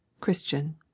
Christian